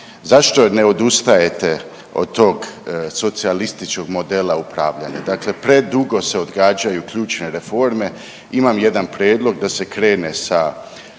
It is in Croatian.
Zašto ne odustajete od tog socijalističkog modela upravljanja? Dakle, predugo se odgađaju ključne reforme. Imam jedan prijedlog da se krene sa